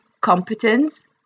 competence